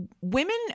women